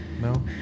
No